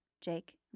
Jake